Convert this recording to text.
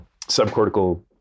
subcortical